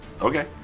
Okay